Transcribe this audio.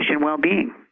well-being